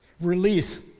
Release